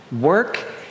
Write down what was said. work